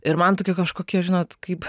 ir man tokia kažkokia žinot kaip